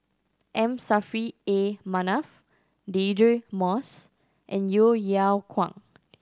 M Saffri A Manaf Deirdre Moss and Yeo Yeow Kwang